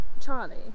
Charlie